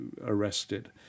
arrested